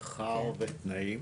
שכר ותנאים